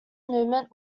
movement